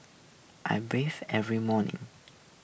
I bathe every morning